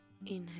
Inhale